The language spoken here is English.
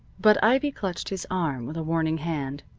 but ivy clutched his arm with a warning hand.